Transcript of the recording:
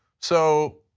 so,